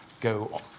go